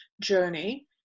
journey